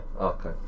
Okay